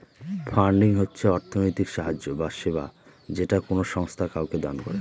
funding হচ্ছে অর্থনৈতিক সাহায্য বা সেবা যেটা কোনো সংস্থা কাউকে দান করে